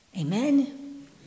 Amen